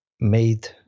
made